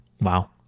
Wow